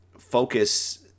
focus